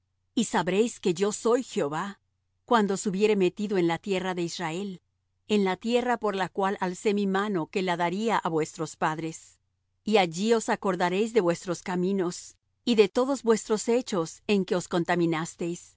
y sabréis que yo soy jehová cuando os hubiere metido en la tierra de israel en la tierra por la cual alcé mi mano que la daría á vuestros padres y allí os acordaréis de vuestros caminos y de todos vuestros hechos en que os contaminasteis